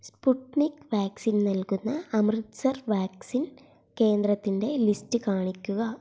Sputnik vaccine നൽകുന്ന Amritsar vaccine കേന്ദ്രത്തിന്റെ list കാണിക്കുക